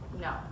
No